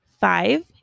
Five